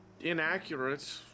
inaccurate